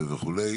וכו'.